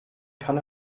kann